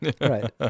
right